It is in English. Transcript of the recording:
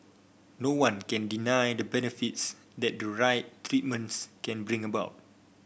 no one can deny the benefits that the right treatments can bring about